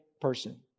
person